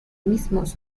mismos